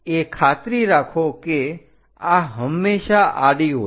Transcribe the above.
એ ખાતરી રાખો કે આ હંમેશા આડી હોય